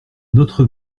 notre